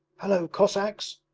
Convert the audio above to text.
hallo, cossacks!